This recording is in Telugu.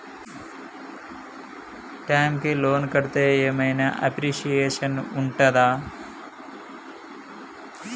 టైమ్ కి లోన్ కడ్తే ఏం ఐనా అప్రిషియేషన్ ఉంటదా?